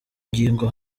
ngingo